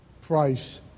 price